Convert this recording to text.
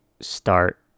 start